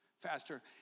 faster